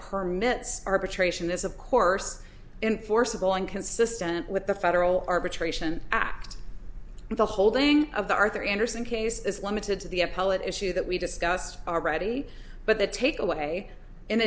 permits arbitration is of course enforceable and consistent with the federal arbitration act the holding of the arthur andersen case is limited to the appellate issue that we discussed already but the take away in